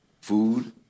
food